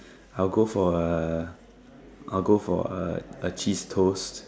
I'll go for a I'll go for a cheese toast